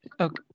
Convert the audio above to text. Okay